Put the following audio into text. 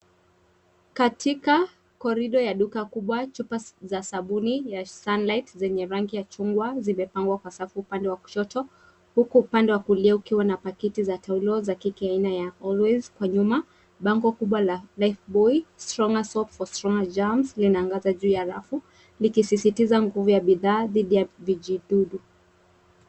Katika korido ya duka kubwa chupa za sabuni ya sunlight zenye rangi ya chungwa zimepangwa kwa safu upande wa kushoto huku upande wa kulia ukiwa na pakiti za taulo za kike ya aina ya always huko nyuma bango kubwa la lifeboy stronger soap for stronger germs linaangaza juu ya rafu likisisitiza nguvu ya bidhaa dhidhi ya vijidudu.